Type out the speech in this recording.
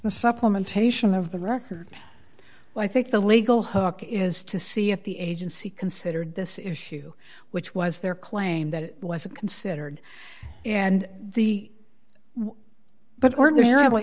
the supplementation of the record i think the legal hook is to see if the agency considered this issue which was their claim that it was a considered and the but ordinarily